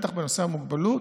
ובטח בנושא המוגבלות,